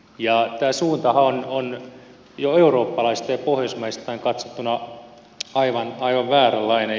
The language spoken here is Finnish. tämä suuntahan on jo eurooppalaisittain ja pohjoismaisittain katsottuna aivan vääränlainen